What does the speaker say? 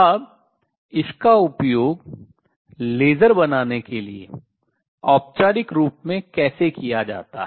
अब इसका उपयोग लेसर बनाने के लिए औपचारिक रूप में कैसे किया जाता है